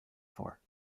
for